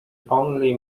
only